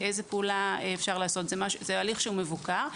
זה הליך מבוקר.